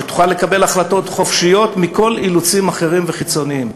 שתוכל לקבל החלטות חופשיות מכל אילוצים אחרים וחיצוניים.